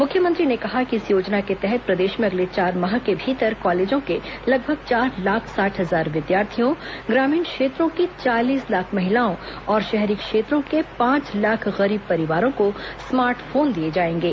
मुख्यमंत्री ने कहा कि इस योजना के तहत प्रदेश में अगले चार माह के भीतर कॉलेजों के लगभग चार लाख साठ हजार विद्यार्थियों ग्रामीण क्षेत्रों की चालीस लाख महिलाओं और शहरी क्षेत्रों के पांच लाख गरीब परिवारों को स्मार्ट फोन दिए जाएंगे